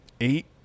eight